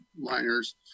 liners